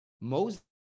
Moses